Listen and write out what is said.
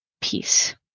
peace